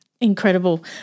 Incredible